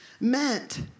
meant